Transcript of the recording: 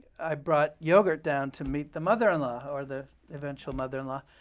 i brought yogurt down to meet the mother-in-law, or the eventual mother-in-law.